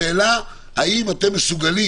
השאלה היא האם אתם מסוגלים